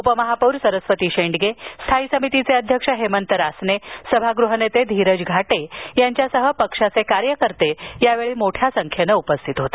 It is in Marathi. उपमहापौर सरस्वती शेंडगे स्थायी समितीचे अध्यक्ष हेमंत रासने सभागृहनेते धीरज घाटे यांच्यासह पक्षाचे कार्यकर्ते यावेळी मोठ्या संख्येनं उपस्थित होते